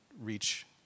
reach